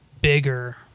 bigger